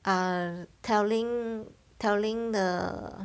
are telling telling the